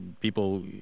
people